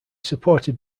supported